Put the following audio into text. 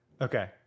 Okay